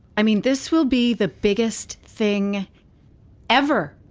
i mean, this will be the biggest thing ever